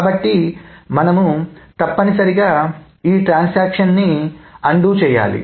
కాబట్టి మనం తప్పనిసరిగా ఈట్రాన్సాక్షన్ ని రద్దు చేయాలి